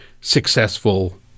successful